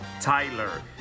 Tyler